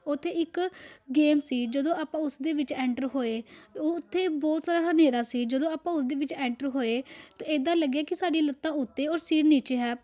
ਉੱਥੇ ਇੱਕ ਗੇਮ ਸੀ ਜਦੋਂ ਆਪਾਂ ਉਸ ਦੇ ਵਿੱਚ ਐਂਟਰ ਹੋਏ ਉੱ ਉੱਥੇ ਬਹੁਤ ਸਾਰਾ ਹਨੇਰਾ ਸੀ ਜਦੋਂ ਆਪਾਂ ਉਹਦੇ ਵਿੱਚ ਐਂਟਰ ਹੋਏ ਤਾਂ ਇੱਦਾਂ ਲੱਗਿਆ ਕਿ ਸਾਡੀ ਲੱਤਾਂ ਉੱਤੇ ਔਰ ਸੀਟ ਨੀਚੇ ਹੈ